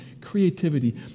Creativity